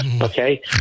Okay